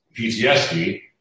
PTSD